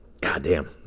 goddamn